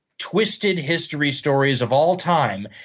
twisted history stories of all time.